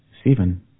Stephen